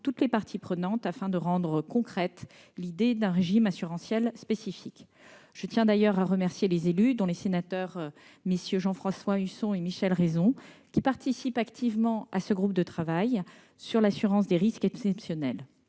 toutes les parties prenantes, afin de rendre concrète l'idée d'un régime assurantiel spécifique. Je tiens d'ailleurs à remercier les élus, dont les sénateurs Jean-François Husson et Michel Raison, qui participent activement à ce groupe de travail sur l'assurance des risques exceptionnels.